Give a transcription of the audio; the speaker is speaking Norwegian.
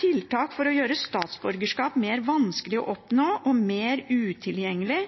Tiltak for å gjøre statsborgerskap mer vanskelig å oppnå og mer utilgjengelig